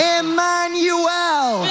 Emmanuel